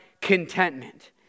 contentment